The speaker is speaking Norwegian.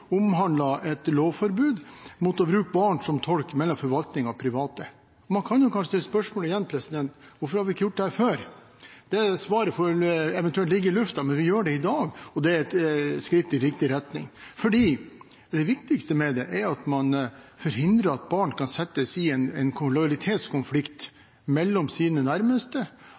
omhandler et lovforbud mot å bruke barn som tolk mellom forvaltningen og private. Man kan jo kanskje stille spørsmålet: Hvorfor har vi ikke gjort dette før? Svaret får eventuelt ligge i lufta, men vi gjør det i dag, og det er et skritt i riktig retning. Det viktigste med det er at man forhindrer at barn kan settes i en lojalitetskonflikt mellom sine nærmeste